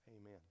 amen